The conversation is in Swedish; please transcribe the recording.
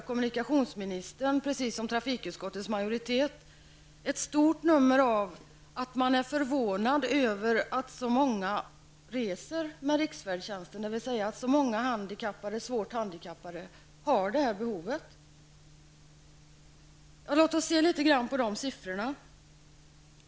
Kommunikationsministern gör, precis som trafikutskottets majoritet, t.ex. ett stort nummer av att man är förvånad över att så många utnyttjar riksfärdtjänsten, dvs. att så många svårt handikappade har detta behov. Låt oss se litet grand på siffrorna.